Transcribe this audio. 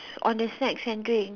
on the snacks and drink